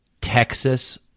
Texas